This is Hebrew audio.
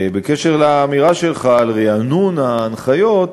בקשר לאמירה שלך על רענון ההנחיות,